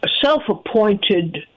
self-appointed